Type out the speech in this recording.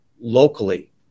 locally